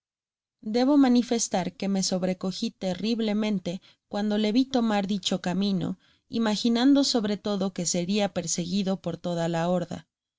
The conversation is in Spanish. debo manifestar que me sobrecoji terriblemente cuando le vi tomar dicho camino imaginando sobre todo que seria persegui do por toda la horda